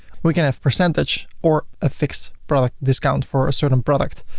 we can have percentage or a fixed product discount for a certain product.